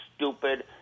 stupid